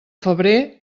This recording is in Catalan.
febrer